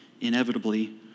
inevitably